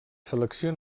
selecció